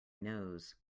nose